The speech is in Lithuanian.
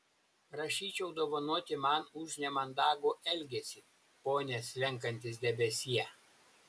prašyčiau dovanoti man už nemandagų elgesį pone slenkantis debesie